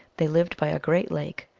they lived by a great lake,